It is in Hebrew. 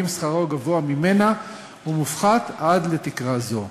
ואם שכרו גבוה ממנה הוא מופחת עד לתקרה זו.